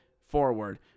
forward